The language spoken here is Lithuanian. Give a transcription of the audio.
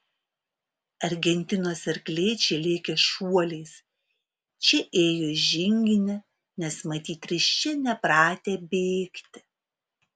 argentinos arkliai čia lėkė šuoliais čia ėjo žingine nes matyt risčia nepratę bėgti